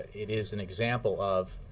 it is an example of